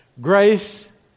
Grace